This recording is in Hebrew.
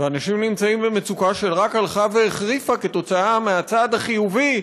ואנשים נמצאים במצוקה שרק הלכה והחריפה עקב הצעד החיובי,